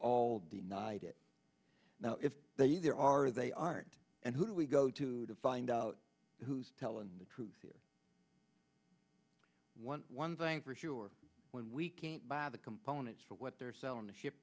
all denied it now if they either are or they aren't and who do we go to to find out who's telling the truth one thing for sure when we can't buy the components for what they're selling to ship